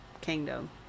kingdom